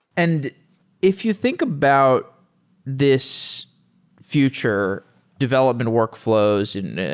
and if you think about this future development workfl ows and